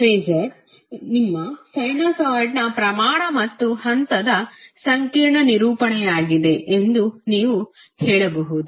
phasor ನಿಮ್ಮ ಸೈನುಸಾಯ್ಡ್ನ ಪ್ರಮಾಣ ಮತ್ತು ಹಂತದ ಸಂಕೀರ್ಣ ನಿರೂಪಣೆಯಾಗಿದೆ ಎಂದು ನೀವು ಏನು ಹೇಳಬಹುದು